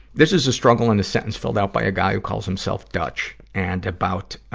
this is a struggle in a sentence filled out by a guy who calls himself dutch. and about, ah,